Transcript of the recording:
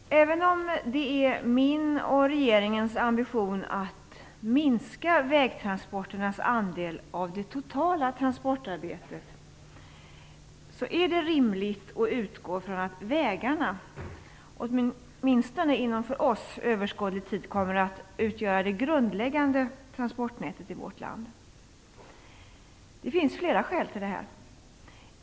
Fru talman! Även om det är min och regeringens ambition att minska vägtransporternas andel av det totala transportarbetet, är det rimligt att utgå från att vägarna åtminstone inom för oss överskådlig tid kommer att utgöra det grundläggande transportnätet i vårt land. Det finns flera skäl till det.